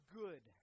good